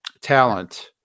talent